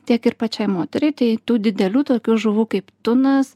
tiek ir pačiai moteriai tai tų didelių tokių žuvų kaip tunas